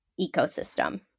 ecosystem